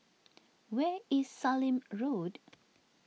where is Sallim Road